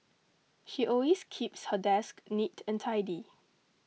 she always keeps her desk neat and tidy